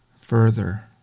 further